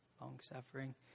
long-suffering